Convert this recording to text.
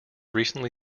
recently